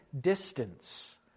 distance